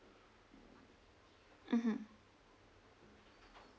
mmhmm